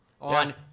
on